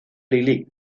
lily